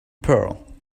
pearl